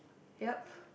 yup